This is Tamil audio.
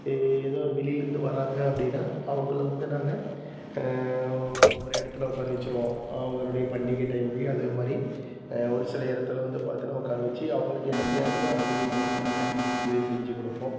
எ ஏதோ ஒரு வெளிலிருந்து வராங்க அப்படின்னா அவங்களை வந்து நாங்கள் ஒரு இடத்துல உட்கார வச்சுருவோம் அவர்களுடைய பண்டிகை டைம் போய் அதே மாதிரி ஒரு சில இடத்துல வந்து பார்த்திங்கனா உட்கார வச்சு அவர்களுக்கு என்ன தேவையோ அதனுடைய இதை வந்து நாங்கள் இதை செஞ்சு கொடுப்போம்